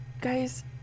Guys